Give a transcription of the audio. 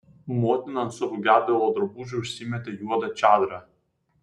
motina ant savo gedulo drabužių užsimetė juodą čadrą